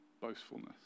boastfulness